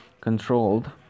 controlled